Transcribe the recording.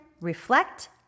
reflect